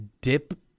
dip